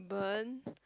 burn